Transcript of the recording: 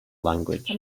language